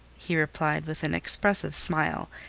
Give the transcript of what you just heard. he replied, with an expressive smile,